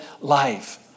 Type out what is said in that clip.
life